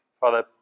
Father